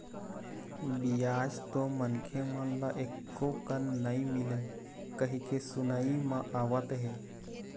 बियाज तो मनखे मन ल एको कन नइ मिलय कहिके सुनई म आवत हे